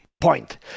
point